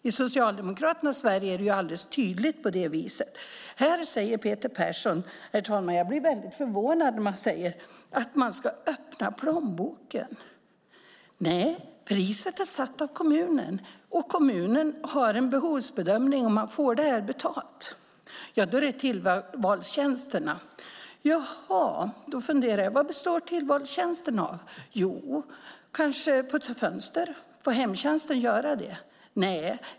I Socialdemokraternas Sverige är det alldeles tydligt på det viset. Herr talman! Jag blir förvånad när Peter Persson här säger att man ska öppna plånboken. Nej, priset är satt av kommunen. Kommunen gör en behovsbedömning, och man får detta betalt. Då handlar det om tillvalstjänsterna. Jag funderar på vad tillvalstjänsterna består av. De består till exempel av att putsa fönster. Får hemtjänsten göra det? Nej.